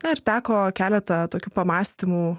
na ir teko keletą tokių pamąstymų